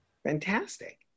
Fantastic